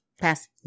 Pass